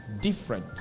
different